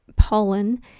Pollen